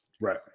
Right